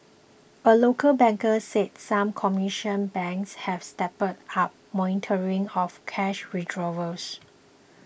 a local banker said some commercial banks have stepped up monitoring of cash withdrawals